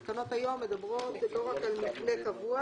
התקנות היום מדברות לא רק על מבנה קבוע